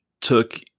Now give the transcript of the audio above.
took